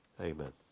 Amen